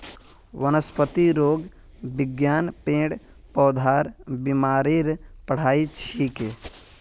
वनस्पतिरोग विज्ञान पेड़ पौधार बीमारीर पढ़ाई छिके